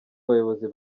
bayobozi